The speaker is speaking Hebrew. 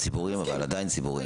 ציבוריים, עדיין ציבוריים.